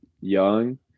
young